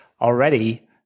already